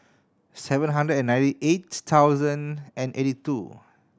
seven hundred and ninety eight thousand and eighty two